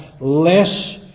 less